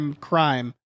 crime